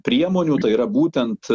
priemonių tai yra būtent